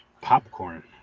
popcorn